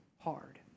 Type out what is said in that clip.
hard